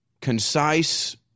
Concise